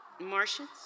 Martians